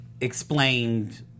explained